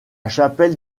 chapelle